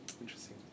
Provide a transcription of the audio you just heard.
Interesting